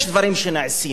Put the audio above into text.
יש דברים שנעשים,